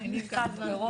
מירה,